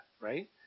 right